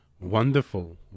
Wonderful